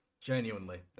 genuinely